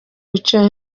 ibiciro